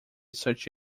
such